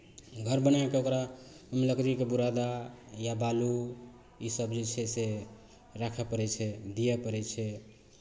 घर बनाए कऽ ओकरा ओहिमे लकड़ीके बुरादा या बालू इसभ जे छै से राखय पड़ै छै दिअ पड़ै छै